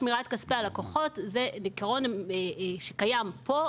שמירת כספי הלקוחות הוא עיקרון שקיים בו,